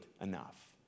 enough